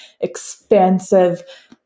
expansive